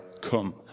Come